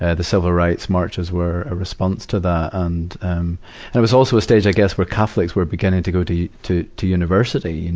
and the civil rights marches were a response to that, and um, there was also a stage, i guess, where catholics were beginning to go to, to to university. you know,